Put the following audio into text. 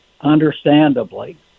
understandably